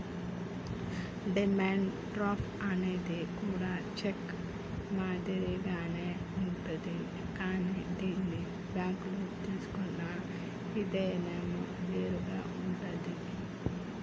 demand draft అనేది కూడా cheque మాదిరిగానే ఉంటాది కానీ దీన్ని బ్యేంకుల్లో తీసుకునే ఇదానం వేరుగా ఉంటాది